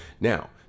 Now